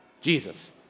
Jesus